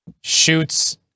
shoots